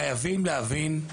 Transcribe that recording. חייבים להבין,